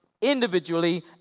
individually